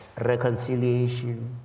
reconciliation